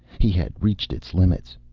he had reached its limits.